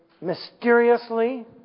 mysteriously